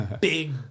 big